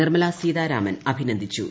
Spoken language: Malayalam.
നിർമ്മലാ സീതാരാമൻ അഭിനന്ദിച്ചു